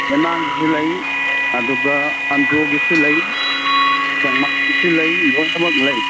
ꯂꯩꯃꯔꯥꯝꯒꯤꯁꯨ ꯂꯩ ꯑꯗꯨꯒ ꯑꯟꯗ꯭ꯔꯣꯒꯤꯁꯨ ꯂꯩ ꯁꯦꯛꯃꯥꯏꯒꯤꯁꯨ ꯂꯩ ꯂꯣꯏꯅꯃꯛ ꯂꯩ